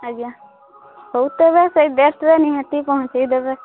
ଆଜ୍ଞା ହଉ ତେବେ ସେଇ ଡେଟ୍ରେ ନିହାତି ପହଞ୍ଚାଇ ଦେବେ